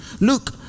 look